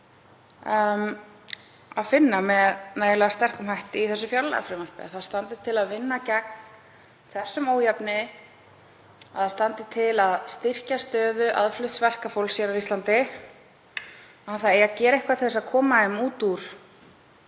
að finna með nægilega sterkum hætti í þessu fjárlagafrumvarpi; að það standi til að vinna gegn þessum ójöfnuði, að það standi til að styrkja stöðu aðflutts verkafólks hér á Íslandi, að það eigi að gera eitthvað til að koma því út úr